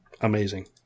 amazing